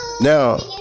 Now